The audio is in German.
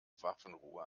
waffenruhe